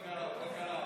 מה קרה?